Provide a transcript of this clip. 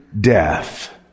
death